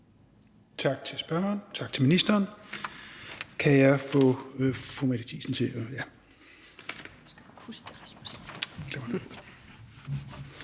Tak til spørgeren, og tak til ministeren.